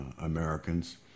Americans